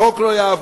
החוק לא יעבור,